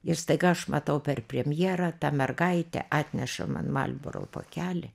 ir staiga aš matau per premjerą ta mergaitė atneša man marlboro pakelį